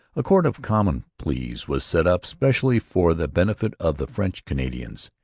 a court of common pleas was set up specially for the benefit of the french canadians.